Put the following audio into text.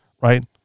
right